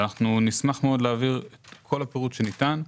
ונשמח להעביר את כל הפירוט שניתן.